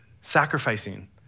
sacrificing